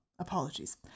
Apologies